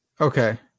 Okay